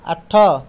ଆଠ